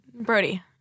Brody